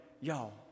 y'all